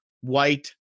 white